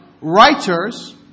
writers